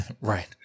Right